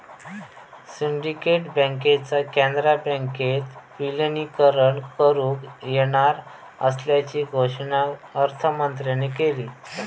syndicate बँकेचा कॅनरा बँकेत विलीनीकरण करुक येणार असल्याची घोषणा अर्थमंत्र्यांन केली